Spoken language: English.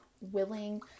willing